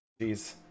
Jeez